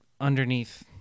underneath